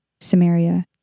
Samaria